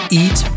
eat